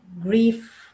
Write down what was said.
grief